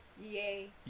Yay